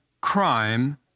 crime